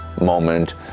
moment